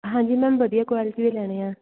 ਹਾਂਜੀ ਮੈਮ ਵਧੀਆ ਕੁਆਲਿਟੀ ਦੇ ਲੈਣੇ ਆ